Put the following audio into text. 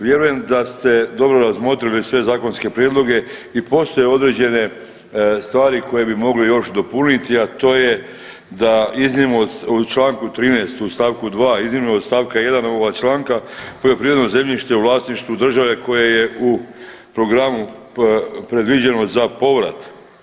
Vjerujem da ste dobro razmotrili sve zakonske prijedloge i postoje određene stvari koje bi mogli još dopuniti, a to je da iznimno u čl. 13. u st. 2. iznimno od st. 1. Ovoga članka poljoprivredno zemljište u vlasništvu države koje je u programu predviđeno za povrat.